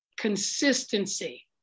Consistency